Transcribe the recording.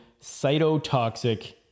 cytotoxic